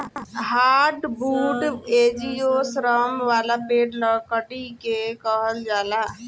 hardwood angiosperm वाला पेड़ लकड़ी के कहल जाला